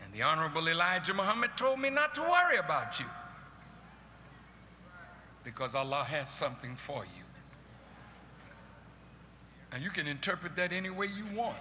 and the honorable elijah muhammad told me not to worry about you because a lot has something for you and you can interpret that any way you want